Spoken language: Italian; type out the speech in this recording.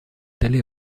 delle